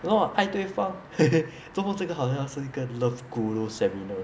no ah 爱对方 做莫这个好像是一个 love guru seminar